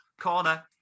corner